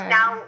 now